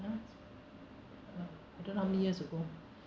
you know uh I don't know how many years ago